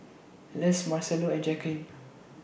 Les Marcello and Jacquelin